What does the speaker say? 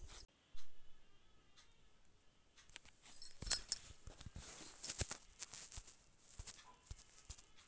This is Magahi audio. कम लागत में कौन पशुपालन कर सकली हे?